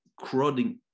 crowding